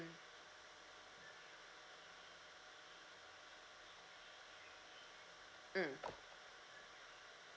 mm mm